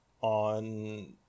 on